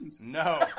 No